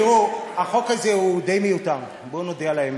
תראו, החוק הזה הוא די מיותר, בואו נודה על האמת.